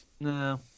No